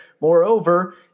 Moreover